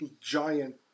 giant